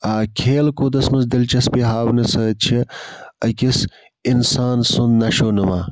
کھیل کوٗدَس مَنٛز دِل چَسپی ہاونہٕ سۭتۍ چھِ أکِس اِنسان سُنٛد نشو نما